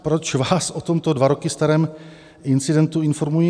Proč vás o tomto dva roky starém incidentu informuji?